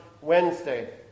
Wednesday